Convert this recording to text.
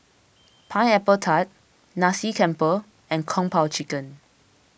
Pineapple Tart Nasi Campur and Kung Po Chicken